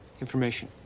Information